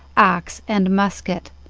axe, and musket.